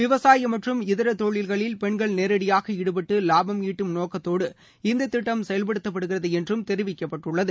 விவசாயம் மற்றும் இதர தொழில்களில் பெண்கள் நேரடியாக ஈடுபட்டு லாபம் ஈட்டும் நோக்கத்தோடு இந்த திட்டம் செயல்படுத்தப்படுகிறது என்றும் தெரிவிக்கப்பட்டுள்ளது